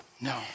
No